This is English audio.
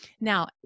Now